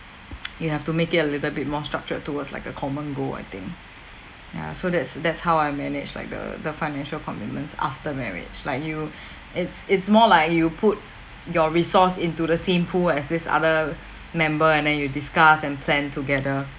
you have to make it a little bit more structured towards like a common goal I think ya so that's that's how I manage like the the financial commitments after marriage like you it's it's more like you put your resource into the same pool as this other member and then you discuss and plan together